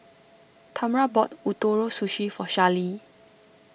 Tamra bought Ootoro Sushi for Charlee